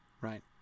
right